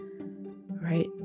right